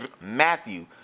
Matthew